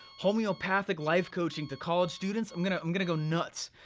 homeopathic life coaching to college students i'm gonna um gonna go nuts,